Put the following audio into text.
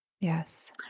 Yes